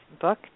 book